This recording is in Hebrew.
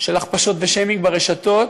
של הכפשות ושיימינג ברשתות,